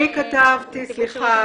סליחה.